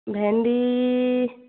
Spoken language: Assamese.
ভেন্দী